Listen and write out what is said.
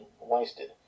wasted